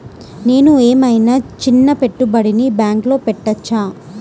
నేను ఏమయినా చిన్న పెట్టుబడిని బ్యాంక్లో పెట్టచ్చా?